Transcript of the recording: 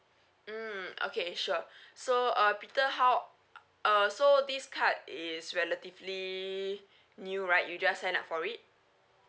mm okay sure so uh peter how uh so this card is relatively new right you just sign up for it